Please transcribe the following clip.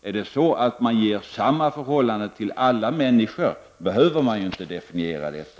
Om man ger alla människor samma förhållanden behöver man inte definiera detta.